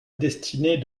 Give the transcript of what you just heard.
destinée